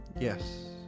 Yes